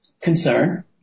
concern